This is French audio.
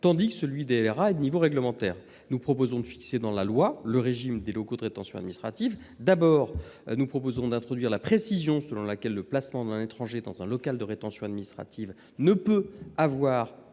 tandis que celui des LRA est de niveau réglementaire. Nous proposons donc de fixer dans la loi le régime des locaux de rétention administrative. Premièrement, nous proposons de préciser dans la loi que le placement d’un étranger dans un local de rétention administrative ne peut avoir